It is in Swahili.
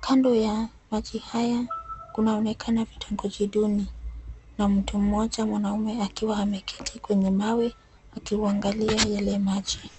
Kando ya maji haya kunaonekana vitongoji duni na mtu mmoja mwanaume akiwa ameketi kwenye mawe akiuangalia yale maji.